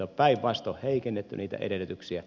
päinvastoin on heikennetty niitä edellytyksiä